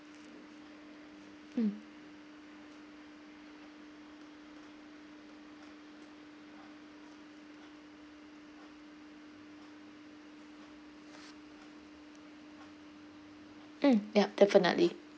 mm um yup definitely